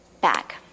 back